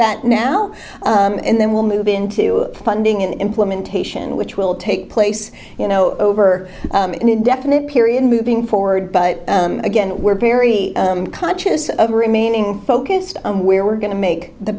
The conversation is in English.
that now and then we'll move into planning an implementation which will take place you know over an indefinite period moving forward but again we're very conscious of remaining focused on where we're going to make the